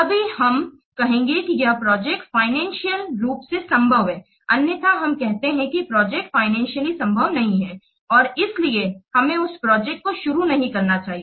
तब ही हम कहेंगे कि यह प्रोजेक्ट फाइनेंसियल रूप से संभव है अन्यथा हम कहते हैं कि प्रोजेक्ट फाइनेंसियली संभव नहीं है और इसलिए हमें उस प्रोजेक्ट को शुरू नहीं करना चाहिए